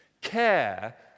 Care